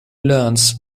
learns